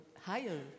higher